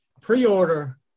pre-order